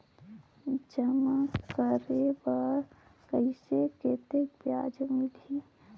जमा करे बर कइसे कतेक ब्याज मिलही?